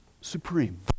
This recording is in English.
Supreme